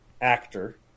actor